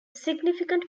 significant